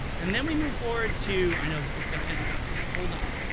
and then we move forward to i know, this is going to end, guys, hold on